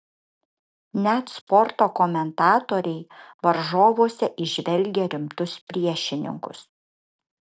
net sporto komentatoriai varžovuose įžvelgia rimtus priešininkus